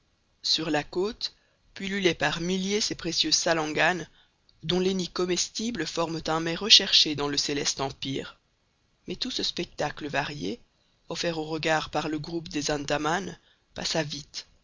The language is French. sur la côte pullulaient par milliers ces précieuses salanganes dont les nids comestibles forment un mets recherché dans le céleste empire mais tout ce spectacle varié offert aux regards par le groupe des andaman passa vite